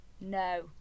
No